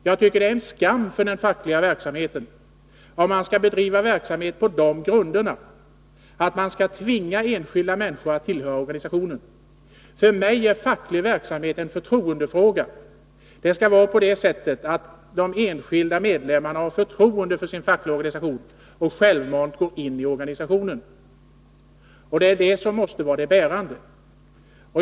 Jag tycker att det är en skam för den fackliga verksamheten, om man skall bedriva verksamhet på de grunderna att man skall tvinga enskilda människor att tillhöra organisationen. För mig är facklig verksamhet en förtroendefråga. Det skall vara så att de enskilda medlemmarna har förtroende för sin fackliga organisation och självmant går in i den. Det är det som måste vara det bärande.